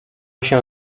się